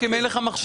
רק אם אין לך מחשב.